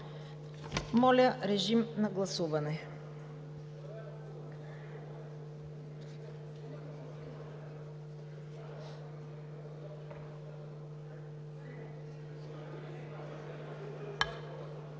Моля, режим на гласуване.